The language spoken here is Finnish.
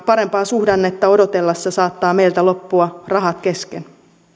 parempaa suhdannetta odotellessa saattaa meiltä loppua rahat kesken